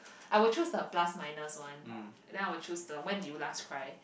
I will choose the plus minus one then I will choose the when did you last cry